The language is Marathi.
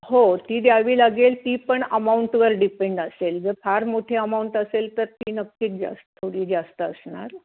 हो ती द्यावी लागेल ती पण अमाऊंटवर डिपेंड असेल जर फार मोठी अमाऊंट असेल तर ती नक्कीच जास्त थोडी जास्त असणार